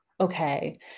okay